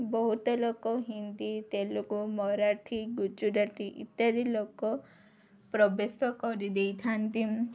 ବହୁତ ଲୋକ ହିନ୍ଦୀ ତେଲୁଗୁ ମରାଠୀ ଗୁଜୁରାତି ଇତ୍ୟାଦି ଲୋକ ପ୍ରବେଶ କରିଦେଇଥାନ୍ତି